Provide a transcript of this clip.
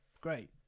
great